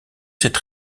cette